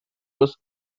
was